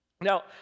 Now